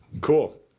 Cool